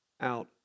out